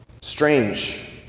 strange